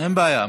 אין בעיה.